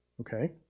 Okay